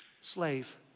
slave